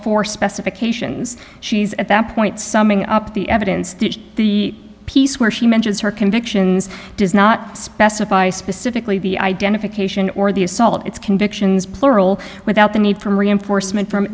four specifications she's at that point summing up the evidence to the piece where she mentions her convictions does not specify specifically the identification or the assault it's convictions plural without the need for reinforcement from